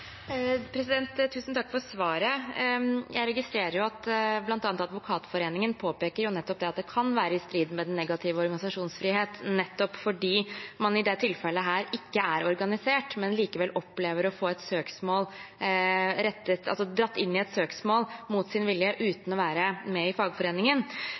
Jeg registrerer at bl.a. Advokatforeningen påpeker at det kan være i strid med den negative organisasjonsfrihet nettopp fordi man i dette tilfellet ikke er organisert, men likevel opplever å bli dratt inn i et søksmål mot sin vilje – uten å være med i fagforeningen.